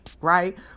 right